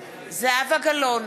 גלאון,